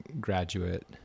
graduate